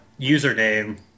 username